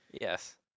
Yes